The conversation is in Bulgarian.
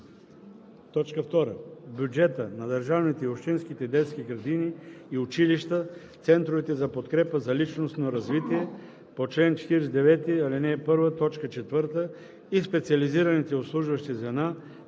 т. 1; 2. бюджетът на държавните и общинските детски градини и училища, центровете за подкрепа за личностно развитие по чл. 49, ал. 1, т. 4 и специализираните обслужващи звена